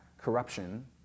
corruption